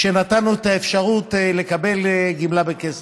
ונתנו את האפשרות לקבל גמלה בכסף.